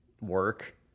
work